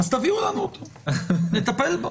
אז תביאו לנו אותו, נטפל בו.